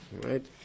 Right